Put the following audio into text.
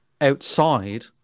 outside